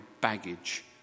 baggage